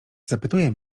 zapytuje